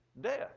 death